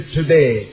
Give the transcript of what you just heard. today